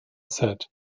said